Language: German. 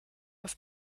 auf